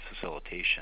facilitation